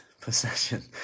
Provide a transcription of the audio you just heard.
possession